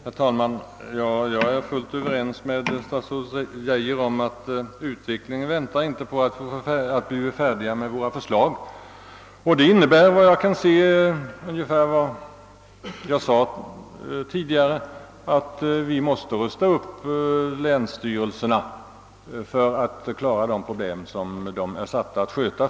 Herr talman! Jag är fullt överens med statsrådet Geijer om att utvecklingen inte väntar på att vi blir färdiga med våra förslag. Det innebär — såvitt jag kan se — ungefär det jag sade tidigare, nämligen att vi måste rusta upp länsstyrelserna för att de skall kunna klara de uppgifter som de för närvarande har att sköta.